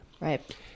Right